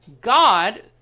God